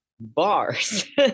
bars